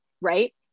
Right